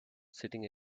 sitting